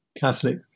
Catholic